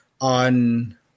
on